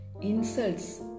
insults